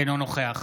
אינו נוכח